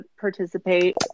participate